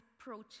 approach